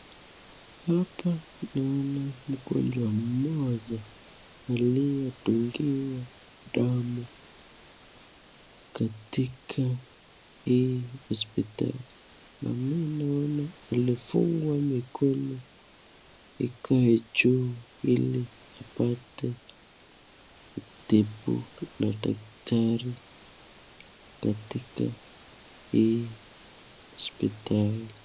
Hapanaona mgonjwa moja aliyendungiwa damu katika hii hospitali naona imefungwa mikono ikiwa juu ili ipate kutibiwa na daktari katika hii hospitali.